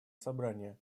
собрания